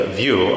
view